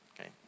okay